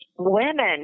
Women